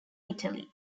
italy